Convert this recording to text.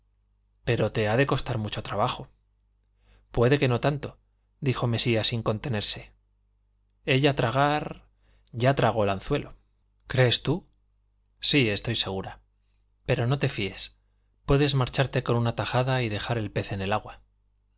pero te ha de costar mucho trabajo puede que no tanto dijo mesía sin contenerse ella tragar ya tragó el anzuelo crees tú sí estoy segura pero no te fíes puedes marcharte con una tajada y dejar el pez en el agua